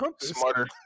smarter